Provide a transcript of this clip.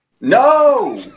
no